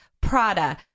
prada